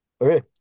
okay